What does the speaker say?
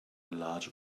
large